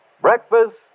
Breakfast